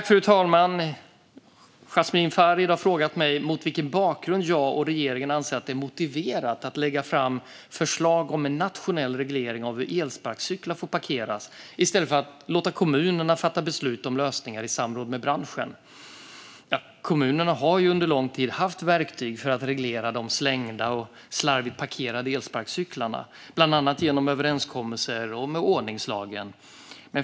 Fru talman! Jasmin Farid har frågat mig mot vilken bakgrund jag och regeringen anser att det är motiverat att lägga fram förslag om en nationell reglering av hur elsparkcyklar får parkeras i stället för att låta kommunerna fatta beslut om lösningar i samråd med branschen. Kommunerna har under lång tid haft verktyg för att reglera de slängda och slarvigt parkerade elsparkcyklarna, bland annat genom överenskommelser och ordningslagen.